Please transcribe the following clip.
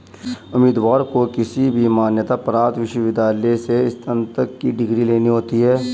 उम्मीदवार को किसी भी मान्यता प्राप्त विश्वविद्यालय से स्नातक की डिग्री लेना होती है